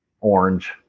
Orange